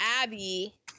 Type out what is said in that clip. Abby